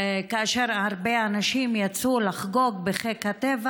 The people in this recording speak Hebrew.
כאשר הרבה אנשים יצאו לחגוג בחיק הטבע